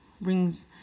brings